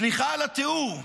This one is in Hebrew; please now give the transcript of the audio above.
"סליחה על התיאור,